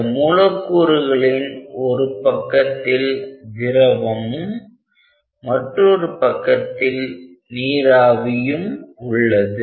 அந்த மூலக்கூறுகளின் ஒரு பக்கத்தில் திரவமும் மற்றொரு பக்கத்தில் நீராவியும் உள்ளது